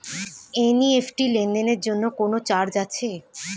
NEFT লেনদেনের জন্য কোন চার্জ আছে?